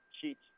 Cheats